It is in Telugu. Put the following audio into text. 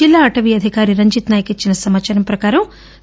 జిల్లా అటవీ అధికారి రంజిత్ నాయక్ ఇచ్చిన సమాచారం ప్రకారం ఈ దాడిలో